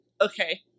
Okay